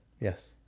Yes